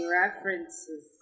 references